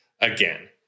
again